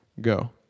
go